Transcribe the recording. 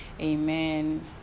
amen